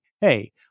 hey